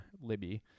Libby